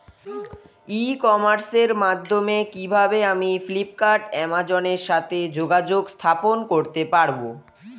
ই কমার্সের মাধ্যমে কিভাবে আমি ফ্লিপকার্ট অ্যামাজন এর সাথে যোগাযোগ স্থাপন করতে পারব?